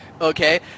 Okay